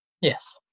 Yes